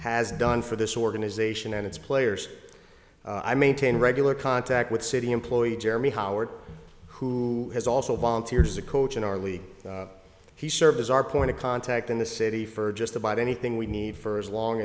has done for this organization and its players i maintain gular contact with city employee jeremy howard who has also volunteers to coach in our league he served as our point of contact in the city for just about anything we need for as long